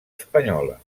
espanyola